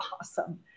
awesome